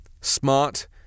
Smart